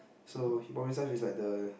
so he promise us with like the